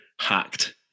hacked